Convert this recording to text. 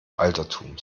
altertums